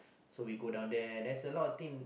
so we go down there there's a lot of thing